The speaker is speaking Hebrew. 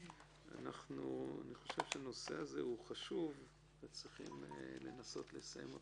הנושא הזה חשוב וצריכים לנסות לסיים אותו,